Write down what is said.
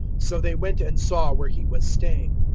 so they went and saw where he was staying,